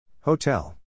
Hotel